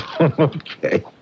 Okay